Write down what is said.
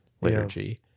liturgy